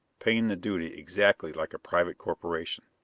paying the duty exactly like a private corporation.